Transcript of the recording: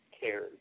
cared